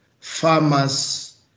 farmers